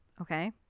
Okay